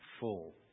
full